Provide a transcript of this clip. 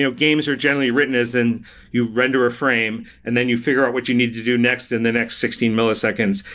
ah games are generally written as in you renderer a frame and then you figure out what you need to do next in the next sixteen milliseconds,